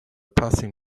passing